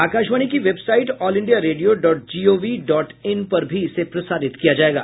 आकाशवाणी की website all India radio dot G O V dot in पर भी इसे प्रसारित किया जाएगा